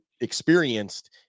experienced